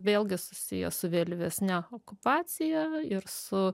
vėlgi susiję su vėlyvesne okupacija ir su